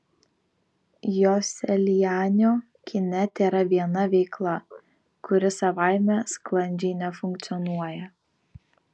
joselianio kine tėra viena veikla kuri savaime sklandžiai nefunkcionuoja